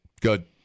good